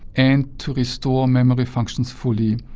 and to restore memory functions fully.